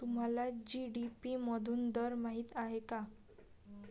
तुम्हाला जी.डी.पी मधून दर माहित आहे का?